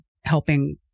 helping